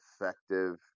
effective